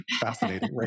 fascinating